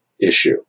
issue